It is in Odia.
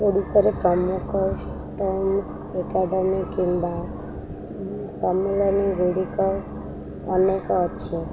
ଓଡ଼ିଶାରେ ଏକାଡ଼େମୀ କିମ୍ବା ସମ୍ମିଳନୀଗୁଡ଼ିକ ଅନେକ ଅଛି